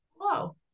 Hello